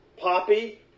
poppy